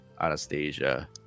Anastasia